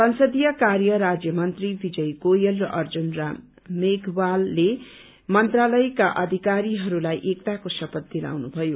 संसदीय कार्य राज्य मन्त्री विजय गोयल र अर्जुन राम मेधवालले मन्त्रालयका अधिकारीहरूलाई एकताको शपथ दिलाउनुभयो